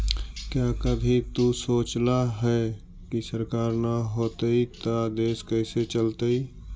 क्या कभी तु सोचला है, की सरकार ना होतई ता देश कैसे चलतइ